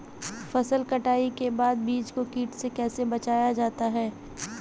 फसल कटाई के बाद बीज को कीट से कैसे बचाया जाता है?